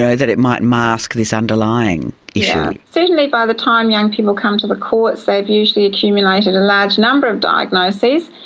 yeah that it might mask this underlying issue? yeah certainly by the time young people come to the courts they've usually accumulated a large number of diagnoses.